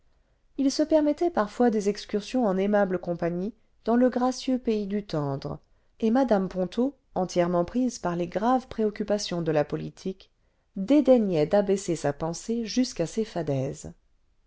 h se permettait parfois des excursions en aimable compagnie dans le gracieux pays du tendre et mme ponto entièrement prise par les graves préoccupations de la politique dédaignait d'abaisser sa pensée jusqu'à ces fadaises